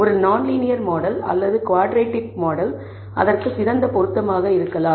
ஒரு நான் linear model அல்லது குவாட்ரடிக் மாடல் அதற்கு சிறந்த பொருத்தமாகfit ஆக இருக்கலாம்